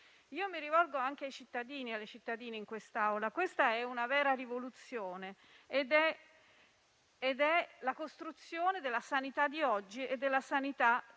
Io mi rivolgo anche ai cittadini e alle cittadine in quest'Aula. Questa è una vera rivoluzione ed è la costruzione della sanità di oggi e della sanità